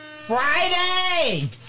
Friday